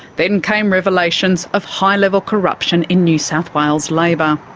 then came revelations of high level corruption in new south wales labor.